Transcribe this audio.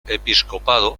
episcopado